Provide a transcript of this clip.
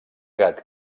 gat